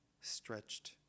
stretched